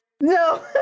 No